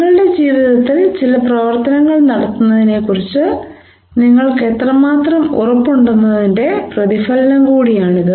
നിങ്ങളുടെ ജീവിതത്തിൽ ചില പ്രവർത്തനങ്ങൾ നടത്തുന്നതിനെക്കുറിച്ച് നിങ്ങൾക്ക് എത്രമാത്രം ഉറപ്പുണ്ടെന്നതിന്റെ പ്രതിഫലനം കൂടിയാണിത്